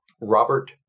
Robert